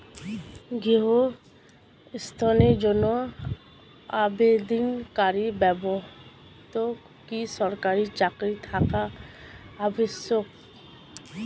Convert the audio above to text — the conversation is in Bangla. গৃহ ঋণের জন্য আবেদনকারী ব্যক্তি কি সরকারি চাকরি থাকা আবশ্যক?